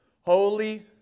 Holy